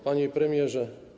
Panie Premierze!